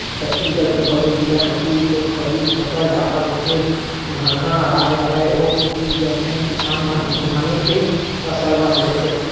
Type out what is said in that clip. छत्तीसगढ़ के बलोद जिला कोती तो खरीफ फसल जादा होथे, धनहा राज हरय ओ कोती जम्मो किसान मन ह धाने के फसल बस लेथे